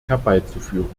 herbeizuführen